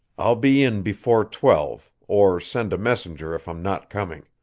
i'll be in before twelve, or send a messenger if i'm not coming.